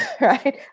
right